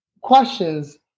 questions